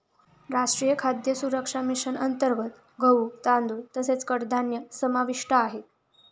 राष्ट्रीय खाद्य सुरक्षा मिशन अंतर्गत गहू, तांदूळ तसेच कडधान्य समाविष्ट आहे